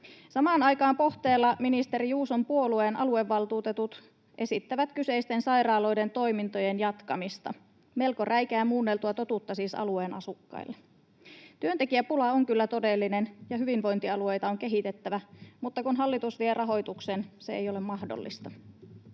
Samaan aikaan Pohteella ministeri Juuson puolueen aluevaltuutetut esittävät kyseisten sairaaloiden toimintojen jatkamista, melko räikeää muunneltua totuutta siis alueen asukkaille. Työntekijäpula on kyllä todellinen ja hyvinvointialueita on kehitettävä, mutta kun hallitus vie rahoituksen, se ei ole mahdollista.